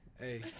Hey